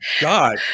God